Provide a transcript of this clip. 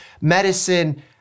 medicine